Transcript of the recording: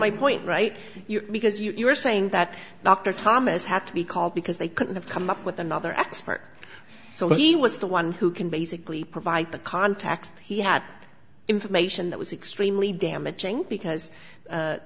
my point right because you're saying that dr thomas had to be called because they couldn't have come up with another expert so he was the one who can basically provide the contact he had information that was extremely damaging because